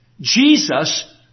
Jesus